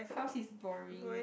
house is boring